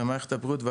למערכת הבריאות יש